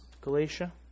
Galatia